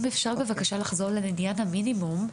אם אפשר בבקשה לחזור לנגיעה במינימום,